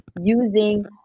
using